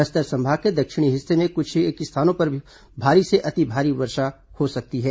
बस्तर संभाग के दक्षिणी हिस्से में भी कुछेक स्थानों पर भारी से अति भारी बारिश हो सकती है